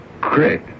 Great